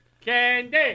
Candy